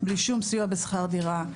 בלי שום סיוע בשכר דירה,